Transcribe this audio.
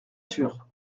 sur